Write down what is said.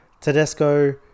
Tedesco